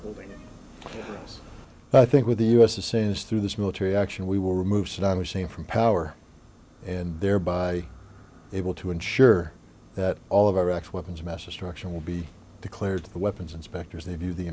holding us i think with the us the saying is through this military action we will remove saddam hussein from power and thereby able to ensure that all of iraq's weapons of mass destruction will be declared to the weapons inspectors they view the